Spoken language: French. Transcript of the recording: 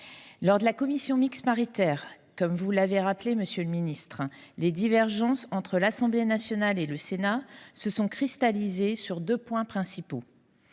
collègues. En commission mixte paritaire, comme vous l’avez rappelé, monsieur le garde des sceaux, les divergences entre l’Assemblée nationale et le Sénat se sont cristallisées sur deux points principaux.